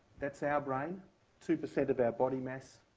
that's our brain two percent of our body mass,